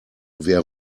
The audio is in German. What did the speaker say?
wer